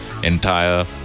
entire